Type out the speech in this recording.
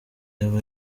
yaba